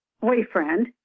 boyfriend